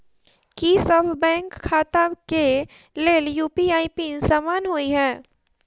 की सभ बैंक खाता केँ लेल यु.पी.आई पिन समान होइ है?